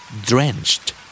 Drenched